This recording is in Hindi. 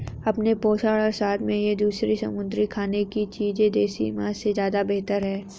अपने पोषण और स्वाद में ये दूसरी समुद्री खाने की चीजें देसी मांस से ज्यादा बेहतर है